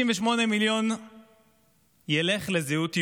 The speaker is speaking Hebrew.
98 מיליון ילכו לזהות יהודית,